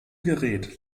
gerät